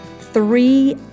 three